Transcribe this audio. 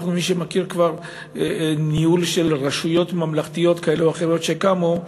מי שמכיר כבר ניהול של רשויות ממלכתיות כאלה או אחרות שקמו,